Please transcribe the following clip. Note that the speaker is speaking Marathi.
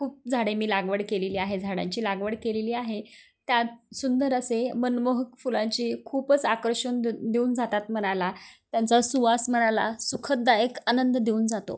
खूप झाडे मी लागवड केलेली आहे झाडांची लागवड केलेली आहे त्यात सुंदर असे मनमोहक फुलांचे खूपच आकर्षण दे देऊन जातात मनाला त्यांचा सुवास मनाला सुखददायक आनंद देऊन जातो